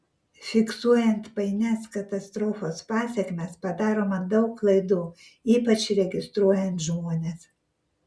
fiksuojant painias katastrofos pasekmes padaroma daug klaidų ypač registruojant žmones